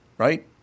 right